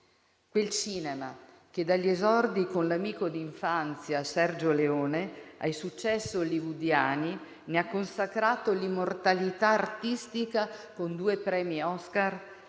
quel cinema che, dagli esordi con l'amico di infanzia Sergio Leone ai successi hollywoodiani, ne ha consacrato l'immortalità artistica con due premi Oscar,